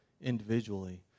individually